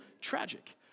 tragic